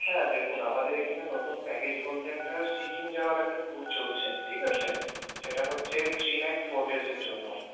হ্যাঁ দেখুন আমাদের এখানে নতুন প্যাকেজ বলতে একটা সিকিম যাওয়ার একটা ট্যুর চলছে ঠিক আছে সেটা হচ্ছে থ্রি নাইটস ফোর ডেজের জন্য